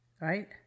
Right